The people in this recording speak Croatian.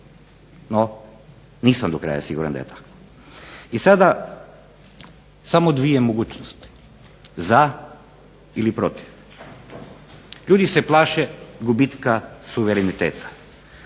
no nisam do kraja siguran da je to tako. I sada samo dvije mogućnosti "ZA" ili "PROTIV". Ljudi se plaše gubitka suvereniteta,